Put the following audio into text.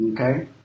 Okay